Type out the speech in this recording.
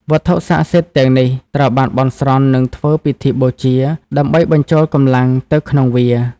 វត្ថុស័ក្តិសិទ្ធិទាំងនេះត្រូវបានបន់ស្រន់ និងធ្វើពិធីបូជា ដើម្បីបញ្ចូលកម្លាំងទៅក្នុងវា។